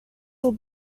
will